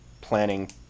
planning